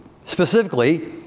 Specifically